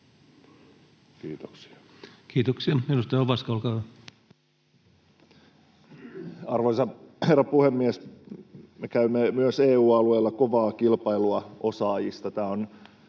Kiitoksia. Kiitoksia. — Edustaja Ovaska, olkaa hyvä. Arvoisa herra puhemies! Me käymme myös EU-alueella kovaa kilpailua osaajista.